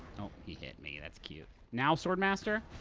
oh, he hit me. that's cute. now, sword master?